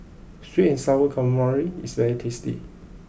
Sweet and Sour Calamari is very tasty